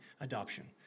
Adoption